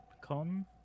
con